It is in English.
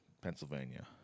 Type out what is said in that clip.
Pennsylvania